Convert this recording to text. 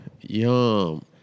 Yum